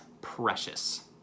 precious